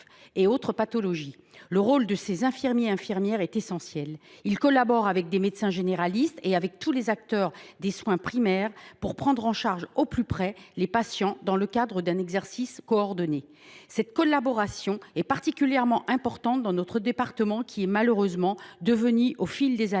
et d’autres pathologies. Leur rôle est essentiel. Ils collaborent avec des médecins généralistes et avec tous les acteurs des soins primaires pour prendre en charge au plus près les patients, dans le cadre d’un exercice coordonné. Cette collaboration est particulièrement importante dans notre département, qui est malheureusement devenu, au fil des années,